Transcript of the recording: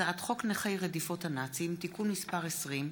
הצעת חוק נכי רדיפות הנאצים (תיקון מס' 20)